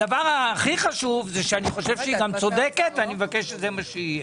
הדבר הכי חשוב הוא שאני חושב שהיא גם צודקת ואני מבקש שזה מה שיהיה.